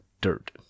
dirt